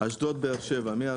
אשדוד באר שבע, מ-